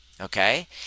okay